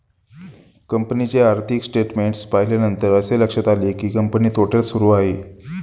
कंपनीचे आर्थिक स्टेटमेंट्स पाहिल्यानंतर असे लक्षात आले की, कंपनी तोट्यात सुरू आहे